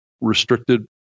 restricted